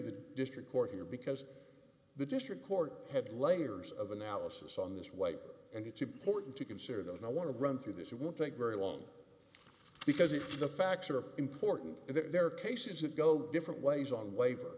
the district court here because the district court had layers of analysis on this way and it's important to consider that and i want to run through this it won't take very long because if the facts are important and there are cases that go different ways on